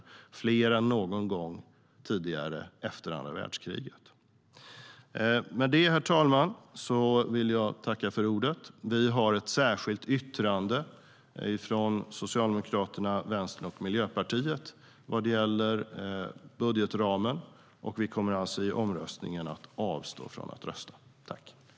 Det är fler än någon gång tidigare efter andra världskriget.